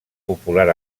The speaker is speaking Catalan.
popular